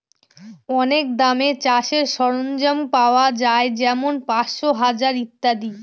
অনেক দামে চাষের সরঞ্জাম পাওয়া যাই যেমন পাঁচশো, হাজার ইত্যাদি